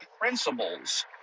principles